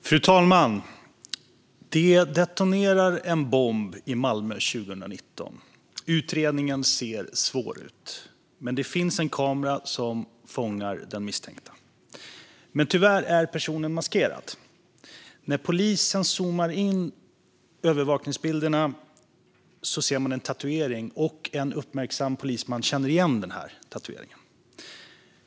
Fru talman! Det detonerar en bomb i Malmö 2019. Utredningen ser svår ut. Det finns en kamera som fångar den misstänkta. Men tyvärr är personen maskerad. När polisen zoomar in övervakningsbilderna ser man en tatuering. En uppmärksam polisman känner igen denna tatuering.